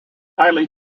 highly